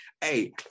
Hey